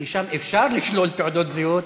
ששם אפשר לשלול תעודות זהות,